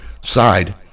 side